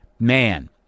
man